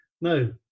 No